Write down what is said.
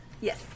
Yes